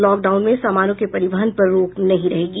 lockdown में सामानों के परिवहन पर रोक नहीं रहेगी